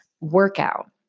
workout